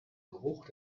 geruch